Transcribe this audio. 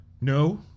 No